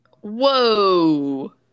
Whoa